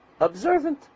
observant